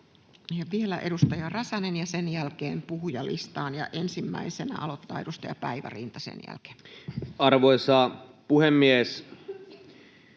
Vielä edustaja Räsänen, ja sen jälkeen puhujalistaan, ja ensimmäisenä aloittaa edustaja Päivärinta sen jälkeen. [Speech